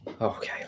okay